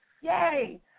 Yay